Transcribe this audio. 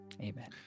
amen